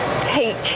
take